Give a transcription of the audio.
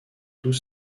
tous